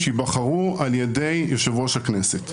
שייבחרו על ידי יושב-ראש הכנסת.